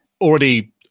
already